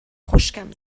خشکم